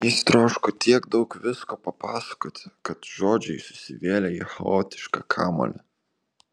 jis troško tiek daug visko papasakoti kad žodžiai susivėlė į chaotišką kamuolį